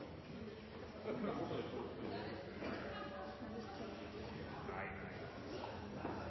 sett eksempler på